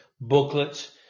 booklets